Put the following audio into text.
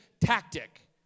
tactic